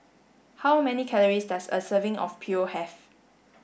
how many calories does a serving of Pho have